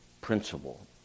principle